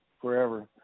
forever